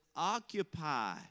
occupy